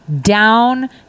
down